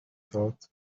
thought